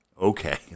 Okay